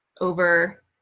over